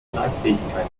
leitfähigkeit